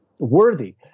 worthy